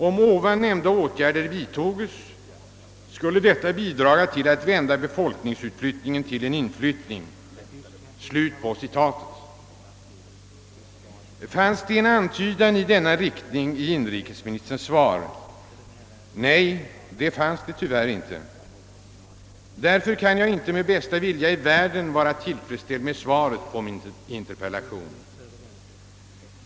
Om ovan nämnda åtgärder vidtoges skulle detta bidraga till att vända befolkningsutflyttningen till en inflyttning.» Fanns det en antydan i denna riktning i inrikesministerns svar? Nej, det fanns det tyvärr inte. Därför kan jag inte med bästa vilja i världen vara tillfredsställd med svaret på min interpellation.